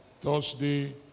Thursday